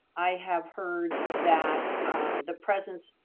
i have heard that the presence,